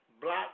block